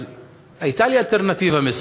אז הייתה לי אלטרנטיבה: